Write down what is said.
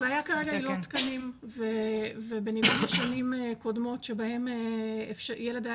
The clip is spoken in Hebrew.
הבעיה כרגע היא לא תקנים ומול שנים קודמות איפה שילד היה